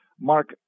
Mark